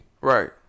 Right